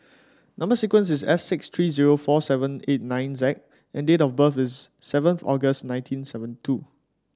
number sequence is S six three zero four seven eight nine Z and date of birth is seven August nineteen seventy two